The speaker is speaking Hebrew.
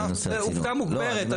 זה עובדה מוגמרת.